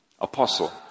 Apostle